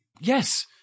Yes